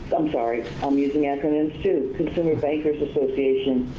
i'm sorry, i'm using acronyms too consumer bankers association.